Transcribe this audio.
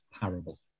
parable